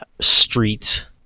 street